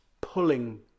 pulling